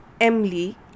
Emily